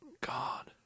God